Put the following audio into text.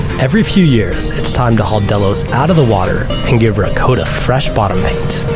every few years, it's time to haul delos out of the water and give her a coat of fresh bottom paint.